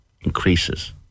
increases